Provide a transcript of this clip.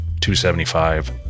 275